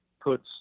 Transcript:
puts